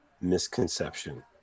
misconception